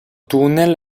tunnel